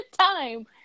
time